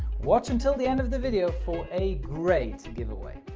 watch until the end of the video for a great giveaway.